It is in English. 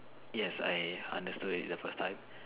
yes I understood it the first time